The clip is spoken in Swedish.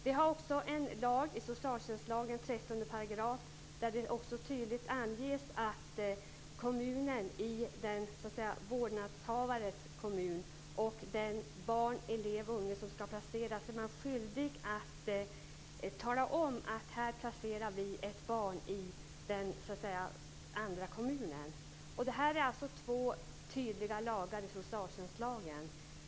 Vi har också en lag - socialtjänstlagens 13 §- där det tydligt anges att vårdnadshavarens kommun är skyldig att tala om att man placerar ett barn i en annan kommun. Detta är två tydliga paragrafer i socialtjänstlagen.